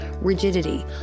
rigidity